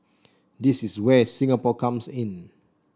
this is where Singapore comes in